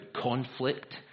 conflict